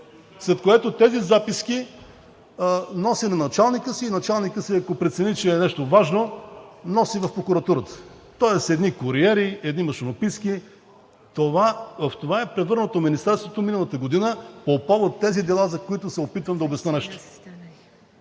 след което тези записки носи на началника си и началникът, ако прецени, че е нещо важно, носи в прокуратурата, тоест едни куриери, едни машинописки. В това е превърнато Министерството миналата година по повод тези дела, за които се опитвам да обясня нещо.